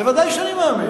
ודאי שאני מאמין לזה.